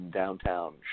downtown